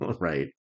right